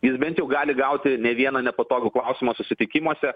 jis bent jau gali gauti ne vieną nepatogų klausimą susitikimuose